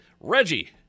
Reggie